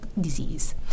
disease